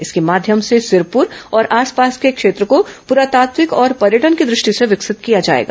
इसके माध्यम से सिरपुर और आसपास के क्षेत्र को पुरातात्विक और पर्यटन की दृष्टि से विकसित किया जाएगा